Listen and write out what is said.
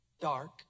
dark